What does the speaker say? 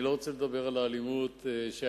אני לא רוצה לדבר על האלימות שהיתה.